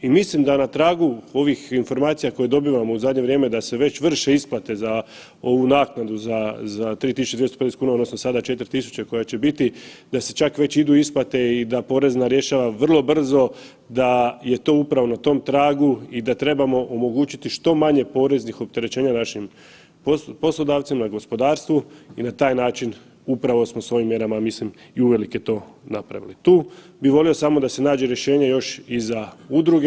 I mislim da na tragu ovih informacija koje dobivamo u zadnje vrijeme da se već vrše isplate za ovu naknadu za 3.250 kuna odnosno sada 4.000 koja će biti da se čak već idu isplate i da porezna rješava vrlo brzo da je to upravo na tom tragu i da trebamo omogućiti što manje poreznih opterećenja našim poslodavcima i gospodarstvu i na taj način upravo smo s ovim mjerama i uvelike to napravili tu, bi volio da se samo nađe rješenje još i za udruge.